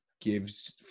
gives